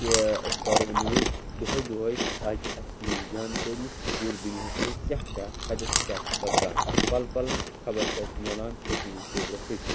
کہِ أسۍ پَرو نِوٕز دۄہَے دۄہَے تاکہِ اَسہِ مِلہِ جانکٲری پوٗرٕ دُنیاہَس منٛز کیٛاہ کیٛاہ کَتٮ۪تھ کیٛاہ چھُ سَپدان پَلہٕ پَلٕچ خبر چھِ اَسہِ ملان أتھۍ نِوٕز پیپرَس سۭتۍ